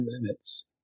limits